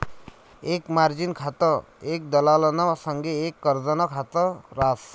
एक मार्जिन खातं एक दलालना संगे एक कर्जनं खात रास